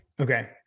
Okay